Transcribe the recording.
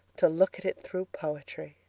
to look at it through poetry.